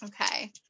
okay